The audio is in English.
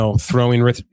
throwing